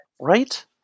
Right